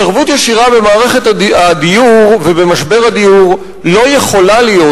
התערבות ישירה במערכת הדיור ובמשבר הדיור לא יכולה להיות